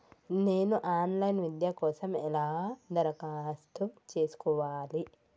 నేను online విద్య కోసం ఎలా దరఖాస్తు చేసుకోవాలి?